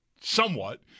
somewhat